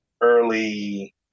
early